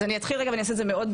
אז אני אתחיל ואעשה את זה במהרה,